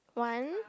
one